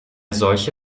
solche